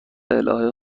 الهه